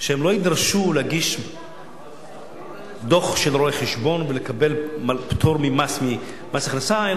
שהם לא יידרשו להגיש דוח של רואה-חשבון ולקבל פטור ממס הכנסה,